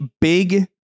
big